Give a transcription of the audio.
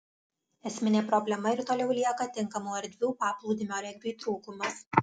esminė problema ir toliau lieka tinkamų erdvių paplūdimio regbiui trūkumas